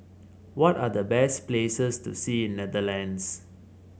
what are the best places to see in Netherlands